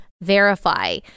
verify